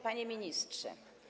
Panie Ministrze!